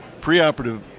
preoperative